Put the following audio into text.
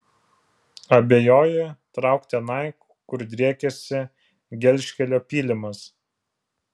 abejoji trauk tenai kur driekiasi gelžkelio pylimas